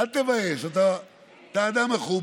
יש כאן מישהו שסומך על זה שאנחנו לא נתכנס בעוד חודש או